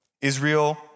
Israel